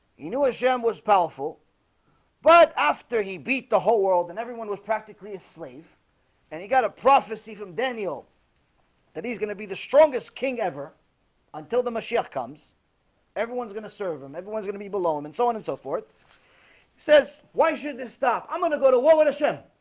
he knew his gem was powerful but after he beat the whole world and everyone was practically a slave and he got a prophecy from daniel that he's gonna be the strongest king ever until the messiah comes everyone's gonna serve him everyone's gonna be below him and so on and so forth says why should this stop? i'm gonna go to war with a shem